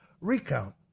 recount